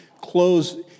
close